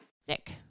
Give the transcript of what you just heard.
sick